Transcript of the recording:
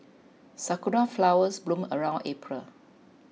sakura flowers bloom around April